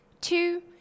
two